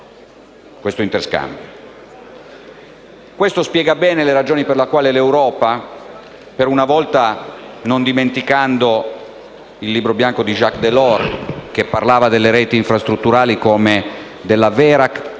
Questo spiega bene le ragioni per le quali l'Europa, per una volta non dimenticando il libro bianco di Jacques Delors, che parlava delle reti infrastrutturali come della vera